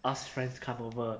ask friends come over